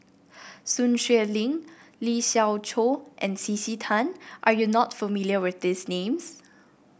Sun Xueling Lee Siew Choh and C C Tan are you not familiar with these names